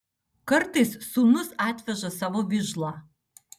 kartais sūnus atveža savo vižlą